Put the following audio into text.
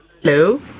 Hello